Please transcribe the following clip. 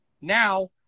Now